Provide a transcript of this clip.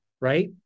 right